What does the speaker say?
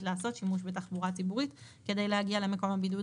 לעשות שימוש בתחבורה ציבורית כדי להגיע למקום הבידוד,